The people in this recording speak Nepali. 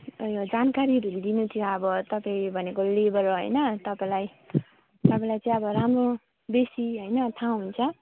उयो जानकारी ढुँढिदिनु थियो अब तपाईँ भनेको लेवर हो होइन तपाईँलाई तपाईँलाई चाहिँ अब राम्रो बेसी होइन थाहा हुन्छ